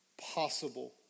possible